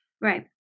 right